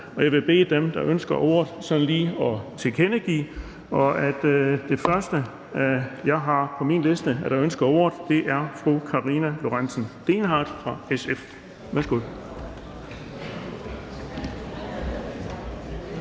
Jeg vil bede dem, der ønsker ordet, om lige at tilkendegive det. Den første, jeg har på min liste, er fru Karina Lorentzen Dehnhardt fra SF. Værsgo.